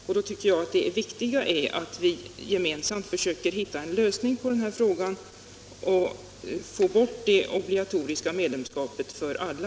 Därför tycker jag att det viktiga är att vi gemensamt försöker hitta en lösning på den stora frågan och därmed få bort det obligatoriska medlemskapet för alla.